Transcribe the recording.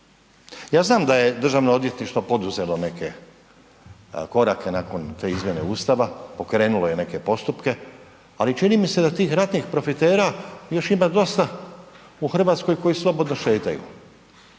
ja znam da je Državno odvjetništvo poduzelo neke korake nakon te izmjene Ustava, pokrenulo je neke postupke, ali čini mi se da tih ratnih profitera još ima dosta u Hrvatskoj koji slobodno šetaju.